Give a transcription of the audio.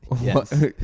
Yes